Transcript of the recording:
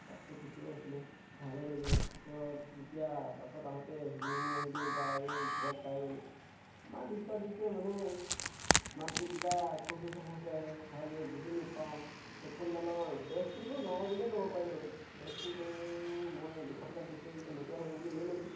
তাতটো ঠিকেই আছিলে ভালেই লাগিলে পিছত এতিয়া পাছত আহোঁতে শুনি শুনি আহিলোঁ বাৰু ঘৰত পাই গ'লোঁ ইমান ডিষ্টাৰ্ব দিছে মানে মাতটো কিবা খুৰ খুৰ খাৰ খাৰকৈ আহে ভালদৰে বুজি নেপাওঁ হেডফোনডালৰ বেচটোতো নাই বুলিয়েই ক'ব পাৰি বাৰু বেচটোৰ কাৰণে বাৰু মই দুশ টকাত দিছে এনেকুৱাই হ'ব বুলি লৈ ল'লোঁ